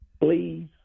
Please